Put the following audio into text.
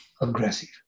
aggressive